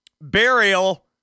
burial